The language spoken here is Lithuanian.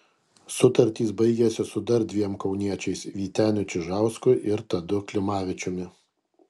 sutartys baigiasi su dar dviem kauniečiais vyteniu čižausku ir tadu klimavičiumi